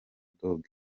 dogg